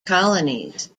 colonies